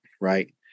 right